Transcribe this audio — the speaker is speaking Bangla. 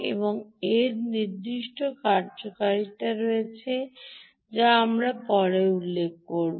এবং এর নির্দিষ্ট কার্যকারিতা রয়েছে যা আমরা পরে উল্লেখ করব